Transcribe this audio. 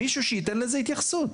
מישהו שייתן לזה התייחסות.